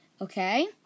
Okay